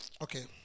Okay